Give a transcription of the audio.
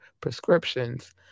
prescriptions